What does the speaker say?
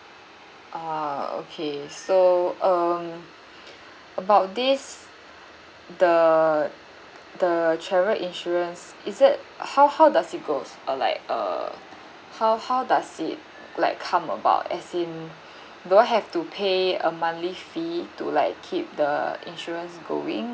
ah okay so um about this the the travel insurance is that how how does it goes or like uh how how does it like come about as in do I have to pay a monthly fee to like keep the insurance going